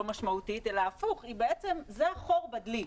משמעותית, אלא הפוך, זה החור בדלי.